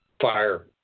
fire